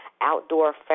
outdoor